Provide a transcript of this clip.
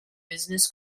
business